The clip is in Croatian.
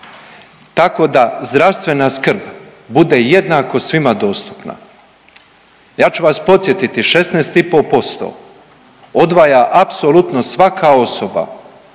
tako da zdravstvena skrb bude jednako svima dostupna. Ja ću vas podsjetiti 16,5% odvaja apsolutno svaka osoba